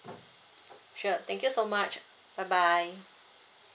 sure thank you so much bye bye